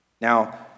Now